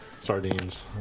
Sardines